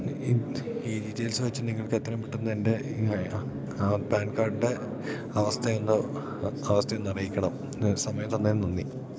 ഈ ഈ ഡീറ്റെയിൽസ് വെച്ച് നിങ്ങൾക്ക് എത്രെയും പെട്ടെന്ന് എൻ്റെ ആ പാൻ കാർഡിൻ്റെ അവസ്ഥയൊന്ന് അവസ്ഥയൊന്ന് അറിയിക്കണം സമയം തന്നതിനു നന്ദി